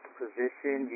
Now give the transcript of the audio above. position